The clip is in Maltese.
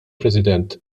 president